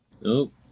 Nope